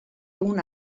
una